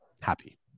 happy